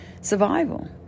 survival